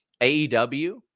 AEW